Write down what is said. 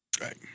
Right